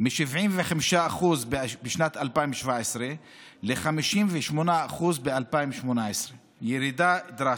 מ-75% בשנת 2017 ל-58% ב-2018, ירידה דרסטית.